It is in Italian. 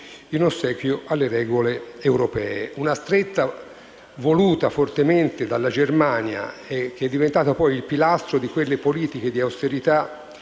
in ossequio alle regole europee: una stretta voluta fortemente dalla Germania, e che è diventata poi il pilastro di quelle politiche di austerità